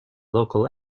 local